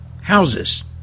houses